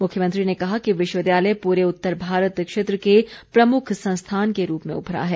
मुख्यमंत्री ने कहा कि विश्वविद्यालय पूरे उतर भारत क्षेत्र के प्रमुख संस्थान के रूप में उभरा है